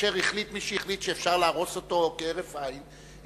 כאשר החליט מי שהחליט שאפשר להרוס אותו כהרף עין,